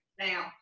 now